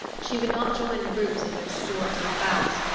she would not join the groups in their sports and bouts,